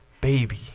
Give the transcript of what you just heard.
baby